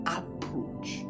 approach